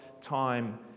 time